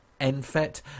NFET